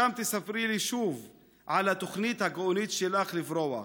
שם תספרי לי שוב על התוכנית הגאונית שלך לברוח.